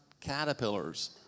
caterpillars